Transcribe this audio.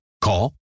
Call